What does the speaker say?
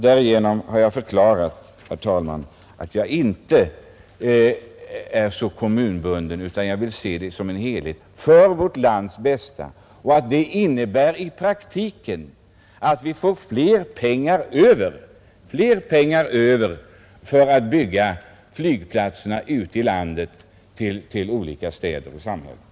Därmed har jag, herr talman, förklarat att jag inte är så kommunbunden utan vill se detta som en helhet för hela vårt lands bästa. Det innebär i praktiken att vi får mer pengar över för att bygga flygplatser ute i landet vid olika städer och samhällen.